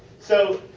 so,